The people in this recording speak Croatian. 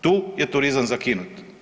Tu je turizam zakinut.